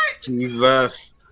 Jesus